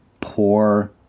poor